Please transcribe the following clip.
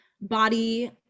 body